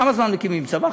כמה זמן מקימים צבא?